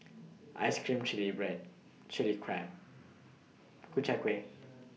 Ice Cream Chili Bread Chili Crab Ku Chai Kuih